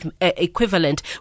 equivalent